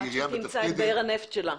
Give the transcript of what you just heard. עד שהיא תמצא את באר הנפט שלה.